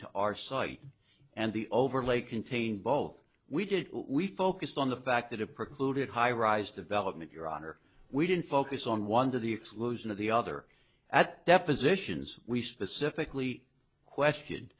to our site and the overlay contained both we did we focused on the fact that it precluded highrise development your honor we didn't focus on one to the exclusion of the other at depositions we specifically questioned